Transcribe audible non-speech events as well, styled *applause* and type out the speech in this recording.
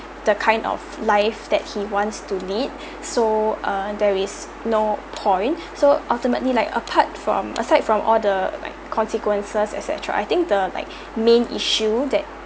the kind of life that he wants to lead *breath* so uh there is no point *breath* so ultimately like apart from aside from all the like consequences et cetera I think the like main issue that